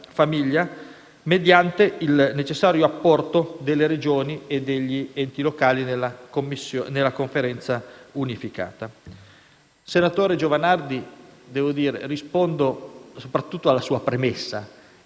Senatore Giovanardi, rispondo soprattutto alla sua premessa.